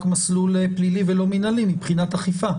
מסלול פלילי ולא מינהלי מבחינת אכיפה.